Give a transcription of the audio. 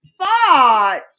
thought